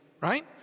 right